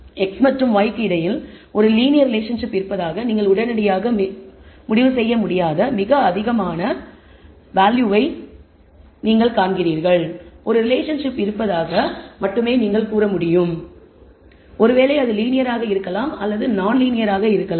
X மற்றும் y க்கு இடையில் ஒரு லீனியர் ரிலேஷன்ஷிப் இருப்பதாக நீங்கள் உடனடியாக முடிவு செய்ய முடியாத மிக அதிகமான அப்போ வேல்யூவை என்று நீங்கள் காண்கிறீர்கள் ஒரு ரிலேஷன்ஷிப் இருப்பதாக மட்டுமே நீங்கள் கூற முடியும் ஒருவேளை அது லீனியர் ஆக இருக்கலாம் அல்லது நான்லீனியர் ஆக இருக்கலாம்